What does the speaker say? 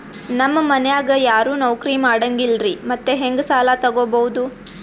ನಮ್ ಮನ್ಯಾಗ ಯಾರೂ ನೌಕ್ರಿ ಮಾಡಂಗಿಲ್ಲ್ರಿ ಮತ್ತೆಹೆಂಗ ಸಾಲಾ ತೊಗೊಬೌದು?